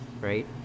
right